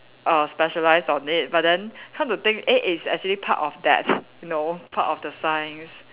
err specialise on it but then come to think eh it's actually part of that you know part of the science